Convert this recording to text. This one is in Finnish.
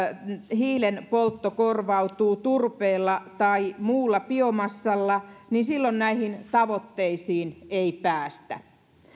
hiilen poltto korvautuu turpeella tai muulla biomassalla niin silloin näihin tavoitteisiin ei päästä